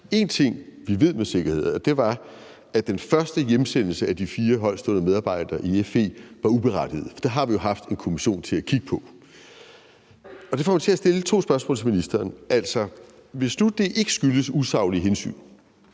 én ting, vi ved med sikkerhed, og det er, at den første hjemsendelse af de fire højtstående medarbejdere i FE var uberettiget. For det har vi jo haft en kommission til at kigge på. Det får mig til at stille to spørgsmål til ministeren. Hvis nu det ikke skyldes usaglige hensyn,